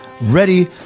ready